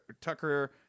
Tucker